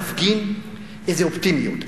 תפגין איזו אופטימיות.